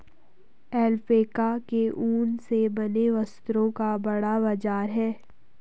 alpaca के ऊन से बने वस्त्रों का बड़ा बाजार है